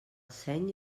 seny